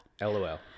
LOL